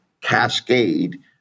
cascade